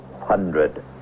hundred